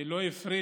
היא לא הפרידה